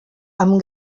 amb